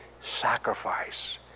sacrifice